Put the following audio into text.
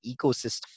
ecosystem